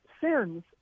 sins